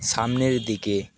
সামনের দিকে